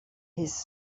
his